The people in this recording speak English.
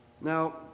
Now